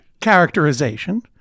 characterization